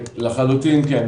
לחלוטין כן.